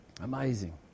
Amazing